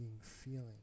feeling